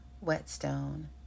Whetstone